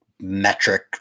metric